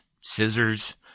scissors